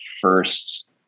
first